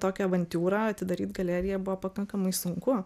tokią avantiūrą atidaryt galeriją buvo pakankamai sunku